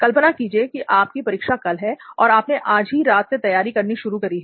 कल्पना कीजिए कि आपकी परीक्षा कल है और आपने आज ही रात से तैयारी करनी शुरू करी है